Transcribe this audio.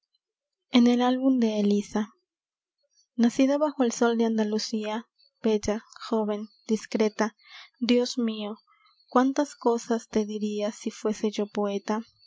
en el álbum de elisa nacida bajo el sol de andalucía bella jóven discreta dios mio cuántas cosas te diria si fuese yo poeta